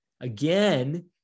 Again